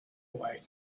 away